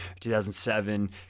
2007